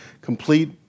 complete